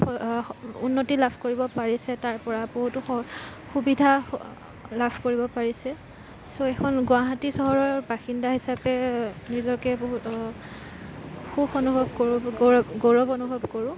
সফঅ উন্নতি লাভ কৰিব পাৰিছে তাৰপৰা বহুতো সুবিধা লাভ কৰিব পাৰিছে চ' এইখন গুৱাহাটীৰ চহৰৰ বাসিন্দা হিচাপে নিজকে বহুত সুখ অনুভৱ কৰোঁ গৌৰৱ গৌৰৱ অনুভৱ কৰোঁ